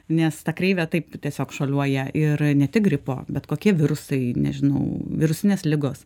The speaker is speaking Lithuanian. nes ta kreivė taip tiesiog šuoliuoja ir ne tik gripo bet kokie virusai nežinau virusinės ligos